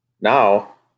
Now